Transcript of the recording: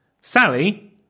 Sally